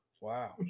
Wow